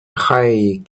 high